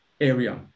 area